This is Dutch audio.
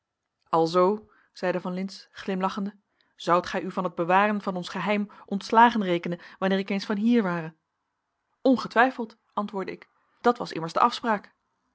alzoo zeide van lintz glimlachende zoudt gij u van het bewaren van ons geheim ontslagen rekenen wanneer ik eens van hier ware ongetwijfeld antwoordde ik dat was immers de afspraak